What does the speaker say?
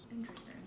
Interesting